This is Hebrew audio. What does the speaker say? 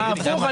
הפוך.